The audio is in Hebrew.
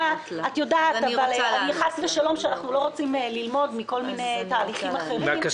אבל חס ושלום אנחנו לא רוצים ללמוד מכל מיני תהליכים אחרים.